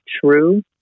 true